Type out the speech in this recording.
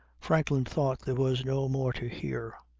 franklin thought there was no more to hear,